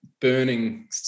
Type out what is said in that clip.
burning